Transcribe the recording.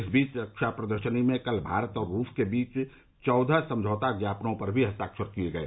इस बीच रक्षा प्रदर्शनी में कल भारत और रूस के बीच चौदह समझौता ज्ञापनों पर भी हस्ताक्षर किये गये